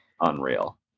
unreal